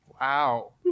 Wow